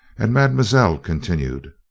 and mademoiselle continued